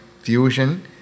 Fusion